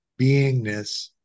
beingness